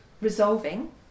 resolving